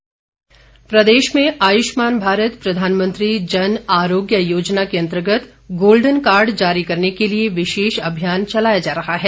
आयुष्मान प्रदेश में आयुष्मान भारत प्रधानमंत्री जन आरोग्य योजना के अंतर्गत गोल्डन कार्ड जारी करने के लिए विशेष अभियान चलाया जा रहा है